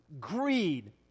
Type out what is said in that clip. greed